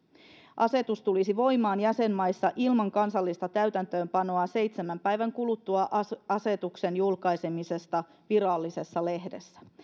asetus tulisi voimaan jäsenmaissa ilman kansallista täytäntöönpanoa seitsemän päivän kuluttua asetuksen julkaisemisesta virallisessa lehdessä